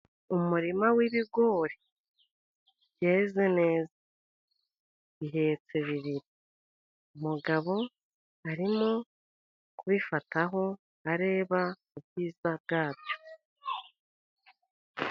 Umurima w'ibigori byeze neza bihetse bibiri, umugabo arimo kubifataho areba ubwiza bwabyo.